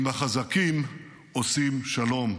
עם החזקים עושים שלום.